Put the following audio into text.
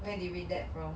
where did you read that from